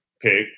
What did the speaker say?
pick